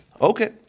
Okay